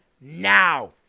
now